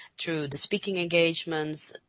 through the speaking engagements.